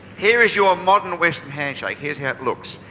here's your modern western handshake. here's how it looks.